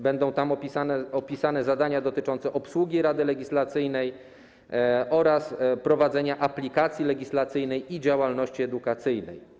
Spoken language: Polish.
Będą tam opisane zadania dotyczące obsługi Rady Legislacyjnej oraz prowadzenia aplikacji legislacyjnej i działalności edukacyjnej.